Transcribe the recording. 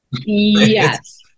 Yes